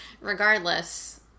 regardless